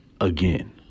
again